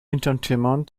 entertainment